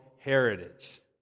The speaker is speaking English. heritage